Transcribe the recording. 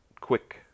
quick